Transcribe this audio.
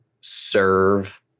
serve